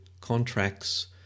contracts